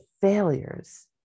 failures